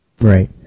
Right